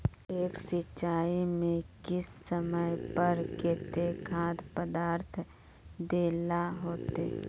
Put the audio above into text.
एक सिंचाई में किस समय पर केते खाद पदार्थ दे ला होते?